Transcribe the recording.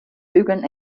bügeln